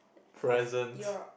present